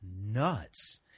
nuts